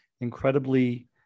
incredibly